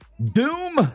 Doom